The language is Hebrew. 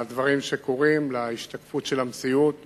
לדברים שקורים, להשתקפות של המציאות